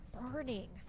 burning